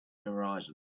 horizon